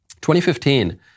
2015